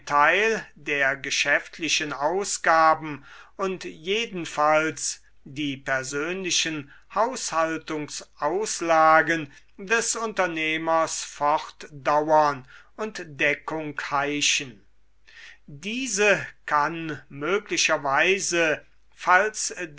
teil der geschäftlichen ausgaben und jedenfalls die persönlichen haushaltungsauslagen des unternehmers fortdauern und deckung heischen diese kann möglicherweise falls